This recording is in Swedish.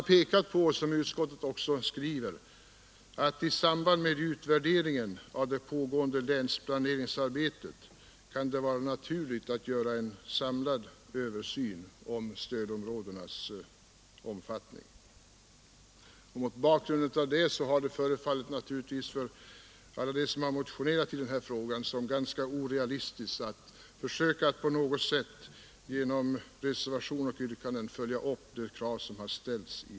Utskottet skriver också att det i samband med utvärderingen av det pågående länsplaneringsarbetet kan vara naturligt att göra en samlad översyn av stödområdenas omfattning. Mot bakgrund härav har det naturligtvis för dem som motionerat i denna fråga förefallit ganska orealistiskt att genom reservationer följa upp motionsyrkandena.